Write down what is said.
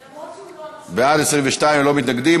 בעד, 22, ללא מתנגדים.